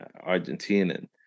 Argentinian